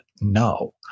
No